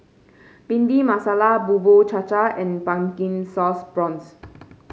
Bhindi Masala Bubur Cha Cha and Pumpkin Sauce Prawns